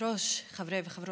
לביטול